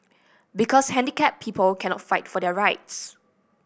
because handicapped people cannot fight for their rights